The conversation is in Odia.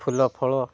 ଫୁଲ ଫଳ